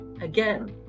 again